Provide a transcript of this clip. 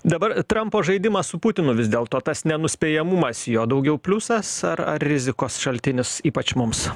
dabar trampo žaidimas su putinu vis dėlto tas nenuspėjamumas jo daugiau pliusas ar ar rizikos šaltinis ypač mums